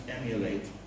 emulate